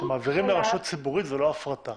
כשמעבירים לרשות ציבורית זה לא הפרטה.